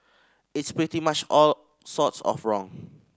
it's pretty much all sorts of wrong